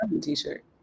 t-shirt